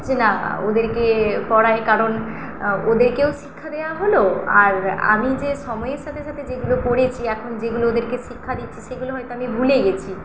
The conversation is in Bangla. যে না ওদেরকে পড়াই কারণ ওদেরকেও শিক্ষা দেওয়া হল আর আমি যে সময়ের সাথে সাথে যেগুলো পড়েছি এখন যেগুলো ওদেরকে শিক্ষা দিচ্ছি সেগুলো হয়তো আমি ভুলে গেছি